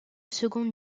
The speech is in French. second